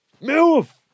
Move